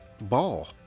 ball